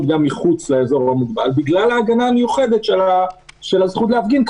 גם מחוץ לאזור המוגבל בגלל ההגנה המיוחדת של הזכות להפגין,